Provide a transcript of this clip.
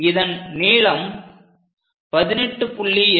இதன் நீளம் 18